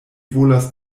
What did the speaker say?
volas